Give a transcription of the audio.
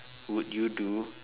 would you do